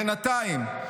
בינתיים,